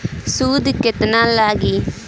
सूद केतना लागी?